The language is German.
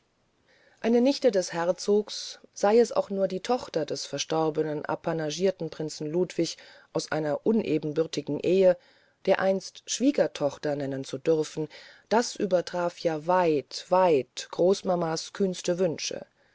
eine nichte des herzogs sei es auch nur die tochter des verstorbenen apanagierten prinzen ludwig aus einer unebenbürtigen ehe dereinst schwiegertochter nennen zu dürfen das übertraf ja weit weit großmamas kühnste wünsche